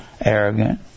Arrogant